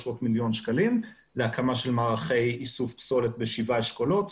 מיליון שקלים להקמה של מערכי איסוף פסולת בשבעה אשכולות.